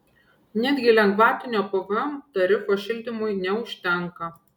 netgi lengvatinio pvm tarifo šildymui neužtenka